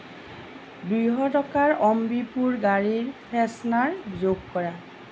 দুশ টকাৰ অম্বিপুৰ গাড়ীৰ ফ্ৰেছনাৰ যোগ কৰা